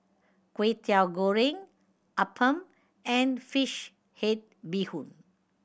Kwetiau Goreng appam and fish head bee hoon